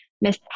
miss